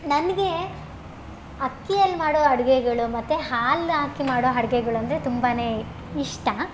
ನನಗೆ ಅಕ್ಕಿಯಲ್ಲಿ ಮಾಡುವ ಅಡುಗೆಗಳು ಮತ್ತು ಹಾಲು ಹಾಕಿ ಮಾಡುವ ಅಡ್ಗೆಗಳು ಅಂದರೆ ತುಂಬಾ ಇಷ್ಟ